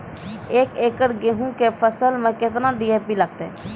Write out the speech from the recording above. एक एकरऽ गेहूँ के फसल मे केतना डी.ए.पी लगतै?